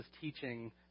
teaching